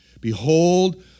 behold